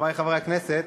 חברי חברי הכנסת,